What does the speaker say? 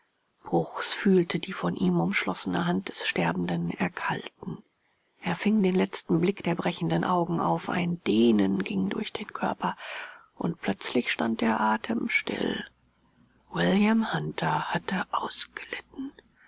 bruchs fühlte die von ihm umschlossene hand des sterbenden erkalten er fing den letzten blick der brechenden augen auf ein dehnen ging durch den körper und plötzlich stand der atem still william hunter hatte ausgelitten